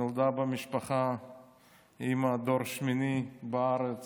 נולדה לאימא דור שמיני בארץ